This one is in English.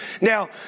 Now